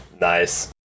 Nice